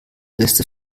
beste